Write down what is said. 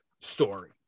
story